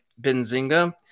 Benzinga